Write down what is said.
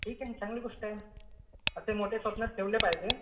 ठीक आहे ना चांगली गोष्ट आहे असे मोठे स्वप्नं ठेवले पाहिजे